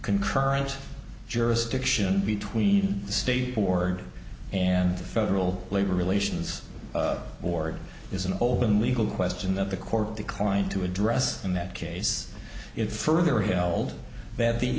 concurrent jurisdiction between the state board and the federal labor relations board is an open legal question that the court declined to address in that case it further held that the